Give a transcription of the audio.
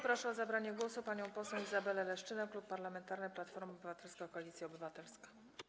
Proszę o zabranie głosu panią poseł Izabelę Leszczynę, Klub Parlamentarny Platforma Obywatelska - Koalicja Obywatelska.